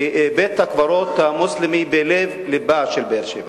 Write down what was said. בית-הקברות המוסלמי בלב-לבה של באר-שבע,